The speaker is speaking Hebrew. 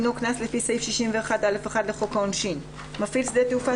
דינו קנס לפי סעיף 61(א)(1) לחוק העונשין: מפעיל שדה תעופה